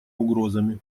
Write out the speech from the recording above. угрозами